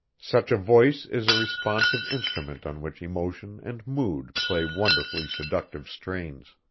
such a voice is a responsive instrument on which emotion and mood play wonderfully seductive strains.